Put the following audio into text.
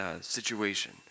situation